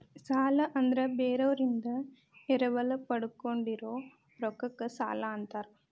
ಸಾಲ ಅಂದ್ರ ಬೇರೋರಿಂದ ಎರವಲ ಪಡ್ಕೊಂಡಿರೋ ರೊಕ್ಕಕ್ಕ ಸಾಲಾ ಅಂತಾರ